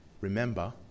remember